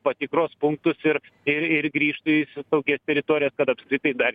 patikros punktus ir ir ir grįžtų į saugias teritorijas kad apskritai dar